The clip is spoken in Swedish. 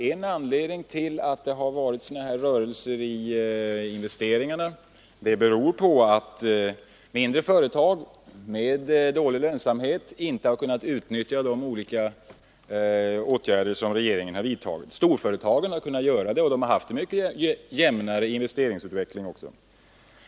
En anledning till att det har förekommit rörelser i investeringarna har också varit att de mindre företagen med dålig lönsamhet inte har kunnat utnyttja de åtgärder som regeringen vidtagit. Storföretagen har kunnat göra det, och de har också haft en mycket jämnare investeringsutveckling.